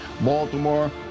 Baltimore